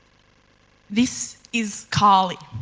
this is carly,